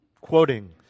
quoting